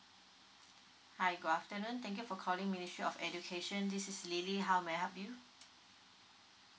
hi good afternoon thank you for calling ministry of education this is lily how may I help you